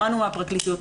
שמענו מהפרקליטות.